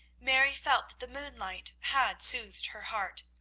mary felt that the moonlight had soothed her heart.